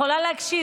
היא יכולה להקשיב.